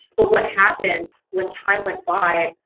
but what happened, when time went by,